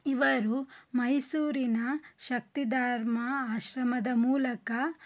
ಇವರು ಮೈಸೂರಿನ ಶಕ್ತಿಧಾಮ ಆಶ್ರಮದ ಮೂಲಕ